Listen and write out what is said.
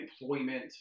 employment